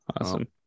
awesome